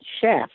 chef